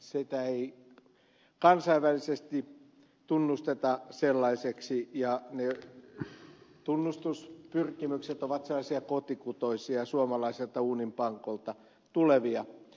sitä ei kansainvälisesti tunnusteta sellaiseksi ja ne tunnustuspyrkimykset ovat sellaisia kotikutoisia suomalaiselta uuninpankolta tulevia